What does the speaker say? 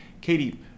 Katie